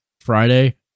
Friday